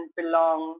belong